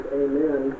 amen